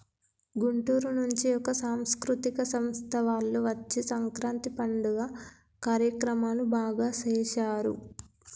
గుంటూరు నుంచి ఒక సాంస్కృతిక సంస్థ వాళ్ళు వచ్చి సంక్రాంతి పండుగ కార్యక్రమాలు బాగా సేశారు